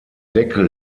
deckel